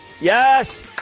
Yes